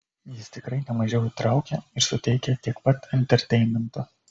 jis tikrai nemažiau įtraukia ir suteikia tiek pat enterteinmento